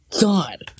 God